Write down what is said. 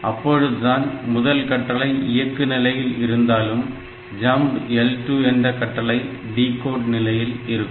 அப்பொழுதுதான் முதல் கட்டளை இயக்கு நிலையில் இருந்தாலும் jump L2 என்ற கட்டளை டிகோட் நிலையில் இருக்கும்